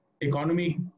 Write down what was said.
economy